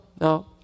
no